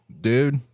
dude